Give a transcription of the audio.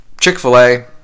Chick-fil-A